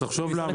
תחשוב למה.